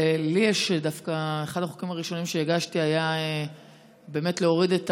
אחד החוקים הראשונים שהגשתי היה באמת להוריד את